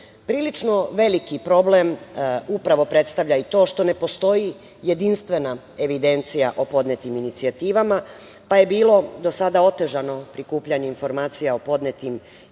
veliki problem upravo predstavlja i to što ne postoji jedinstvena evidencija o podnetim inicijativama, pa je bilo do sada otežano prikupljanje informacija o podnetim i nerealizovanim